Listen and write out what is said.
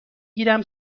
گیرم